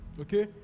okay